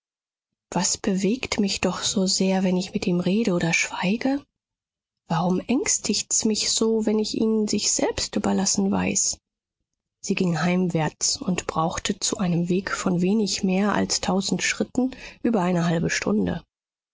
was bewegt mich doch so sehr wenn ich mit ihm rede oder schweige warum ängstigt's mich so wenn ich ihn sich selbst überlassen weiß sie ging heimwärts und brauchte zu einem weg von wenig mehr als tausend schritten über eine halbe stunde